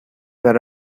dar